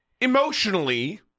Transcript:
emotionally